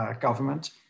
government